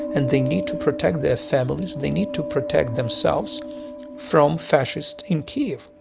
and they need to protect their families. they need to protect themselves from fascists in kiev.